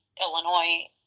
Illinois